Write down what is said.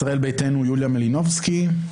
ישראל ביתנו יוליה מלינובסקי,